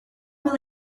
will